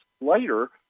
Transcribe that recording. later